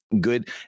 good